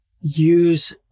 use